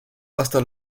hasta